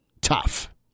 tough